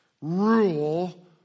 rule